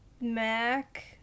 Mac